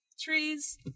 Trees